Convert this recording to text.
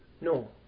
No